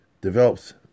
develops